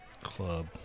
club